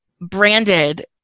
branded